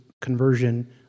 conversion